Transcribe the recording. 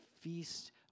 feast